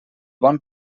bon